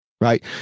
Right